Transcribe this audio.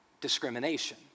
discrimination